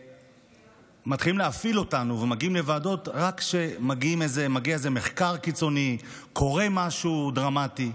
ומתחילים להפעיל אותנו רק כשמגיע מחקר קיצוני או קורה משהו דרמטי.